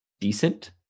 decent